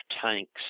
tanks